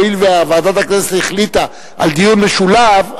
הואיל וועדת הכנסת החליטה על דיון משולב,